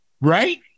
Right